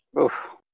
Oof